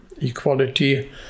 equality